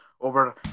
over